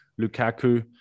Lukaku